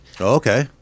okay